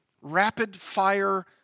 rapid-fire